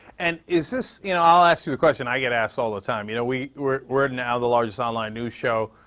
and is this, you know, i'll ask you the question i get asked all the time, you know, we're we're now the largest online news show,